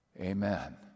Amen